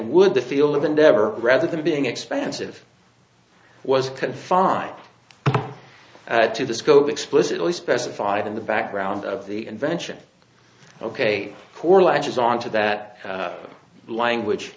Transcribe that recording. wood the field of endeavor rather than being expansive was confined to the scope explicitly specified in the background of the invention ok for latches onto that language